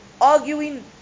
arguing